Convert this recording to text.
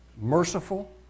merciful